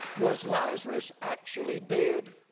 was lazarus actually dead?